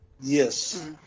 yes